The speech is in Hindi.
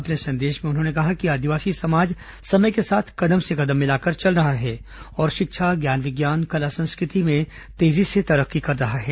अपने संदेश में उन्होंने कहा कि आदिवासी समाज समय के साथ कदम से कदम मिलाकर चल रहा है और शिक्षा ज्ञान विज्ञान कला संस्कृति में तेजी से तरक्की कर रहा है